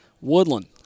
Woodland